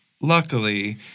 luckily